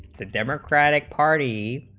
the democratic party